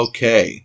Okay